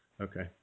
Okay